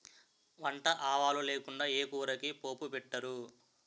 వంట ఆవాలు లేకుండా ఏ కూరకి పోపు పెట్టరు